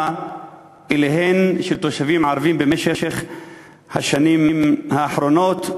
של תושבים ערבים במשך השנים האחרונות,